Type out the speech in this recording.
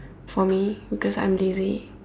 for me because I'm lazy